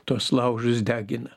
tuos laužus degina